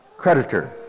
creditor